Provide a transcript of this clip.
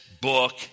book